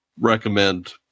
recommend